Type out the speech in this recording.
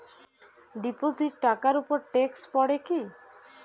Deposit টাকার উপর tax পড়ে কি?